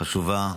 חשובה.